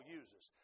uses